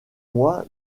moi